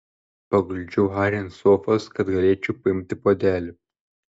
paguldžiau harį ant sofos kad galėčiau paimti puodelį